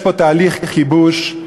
יש פה תהליך כיבוש.